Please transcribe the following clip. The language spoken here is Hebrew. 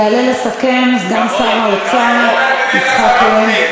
יעלה לסכם סגן שר האוצר יצחק כהן.